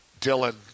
Dylan